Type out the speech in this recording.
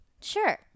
sure